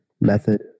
method